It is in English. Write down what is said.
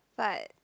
but